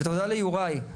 ותודה ליוראי.